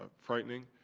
ah frightening,